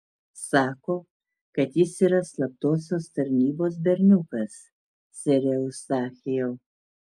sako kad jis yra slaptosios tarnybos berniukas sere eustachijau